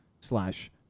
Slash